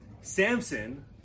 Samson